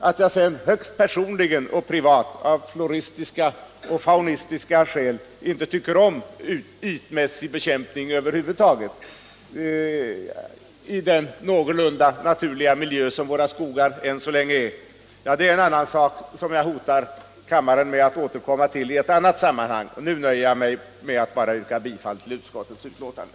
Att jag sedan högst personligen och privat av floristiska och faunistiska skäl inte tycker om ytmässig bekämpning över huvud taget i den någorlunda naturliga miljö som våra skogar än så länge är, ja, det är en annan sak, som jag hotar kammaren med att återkomma till i annat sammanhang. Nu nöjer jag mig med att bara yrka bifall till utskottets hemställan.